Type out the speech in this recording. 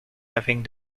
having